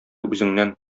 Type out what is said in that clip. үзеңнән